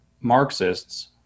Marxists